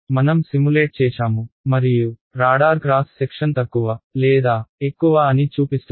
మనం సిములేట్ చేశాము మరియు రాడార్ క్రాస్ సెక్షన్ తక్కువ లేదా ఎక్కువ అని చూపిస్తుంది